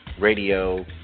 radio